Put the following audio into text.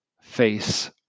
face